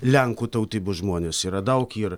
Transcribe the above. lenkų tautybių žmonės yra daug ir